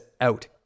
out